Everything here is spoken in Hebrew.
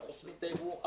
אנחנו חוסמים את הייבוא,